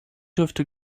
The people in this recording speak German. dürfte